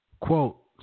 Quote